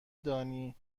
دانی